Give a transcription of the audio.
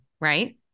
right